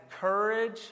courage